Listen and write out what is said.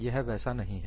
यह वैसा नहीं है